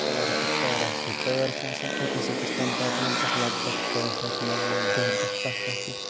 ٹٲرٕ ٹٲرٕس سۭتۍ ٹٲر چھِ آسان أکِس أکِس کَمپاٹمٮ۪نٛٹَس لگ بگ ٲٹھ ٲٹھ نَو نَو دَہ دَہ کَہہ کَہہ تہِ